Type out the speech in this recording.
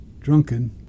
drunken